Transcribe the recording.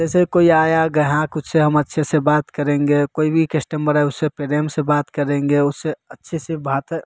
जैसे कोई आया ग्राहक उससे हम अच्छे से बात करेंगे कोई भी कस्टमर आया उससे प्रेम से बात करेंगे उससे अच्छे से बात